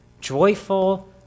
joyful